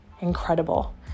incredible